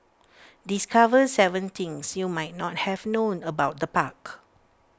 discover Seven things you might not have known about the park